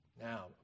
Now